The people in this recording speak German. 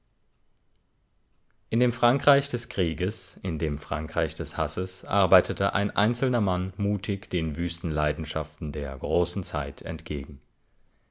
in dem frankreich des krieges in dem frankreich des hasses arbeitete ein einzelner mann mutig den wüsten leidenschaften der großen zeit entgegen